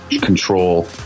control